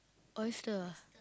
oyster ah